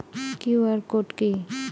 QR code কি?